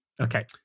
Okay